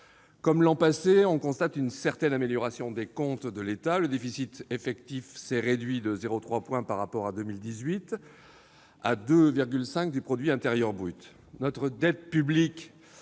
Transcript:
comme l'an passé, on constate une certaine amélioration des comptes de l'État. Le déficit effectif s'est réduit de 0,3 point par rapport à 2018, à 2,5 % du produit intérieur brut. Notre dette publique,